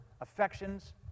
affections